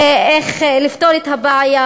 איך לפתור את הבעיה.